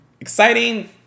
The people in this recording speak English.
exciting